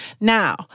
Now